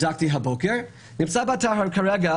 בדקתי הבוקר: כרגע